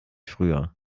früher